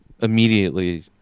immediately